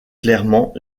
clairement